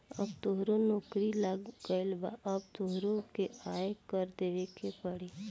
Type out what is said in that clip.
अब तोहरो नौकरी लाग गइल अब तोहरो के आय कर देबे के पड़ी